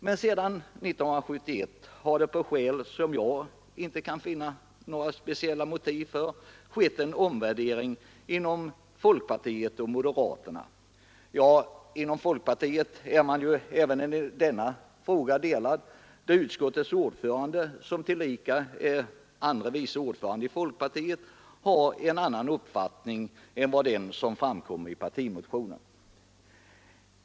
Men sedan 1971 har det, av skäl som jag inte kan finna några speciella motiv för, skett en omvärdering inom folkpartiet och moderata samlingspartiet. Ja, inom folkpartiet har man även i denna fråga delade meningar då utskottets ordförande, som tillika är andre vice ordförande i folkpartiet har en annan uppfattning än den som framkommit i partimotionen.